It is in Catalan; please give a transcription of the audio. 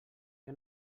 que